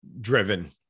driven